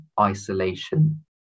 isolation